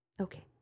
okay